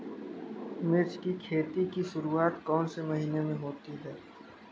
मिर्च की खेती की शुरूआत कौन से महीने में होती है?